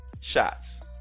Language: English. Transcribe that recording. shots